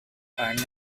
are